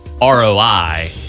ROI